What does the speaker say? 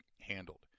handled